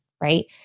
right